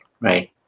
right